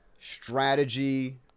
strategy